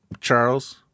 Charles